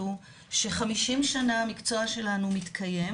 שחושבים שבריאות הנפש זה משהו איזוטרי,